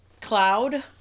cloud